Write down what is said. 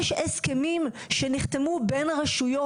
יש הסכמים שנחתמו בין הרשויות,